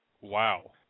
wow